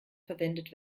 verwendet